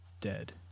Dead